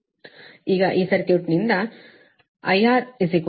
ಈಗ ಈಗ ಈ ಸರ್ಕ್ಯೂಟ್ನಿಂದ IR IC I ಸರಿನಾ